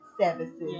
services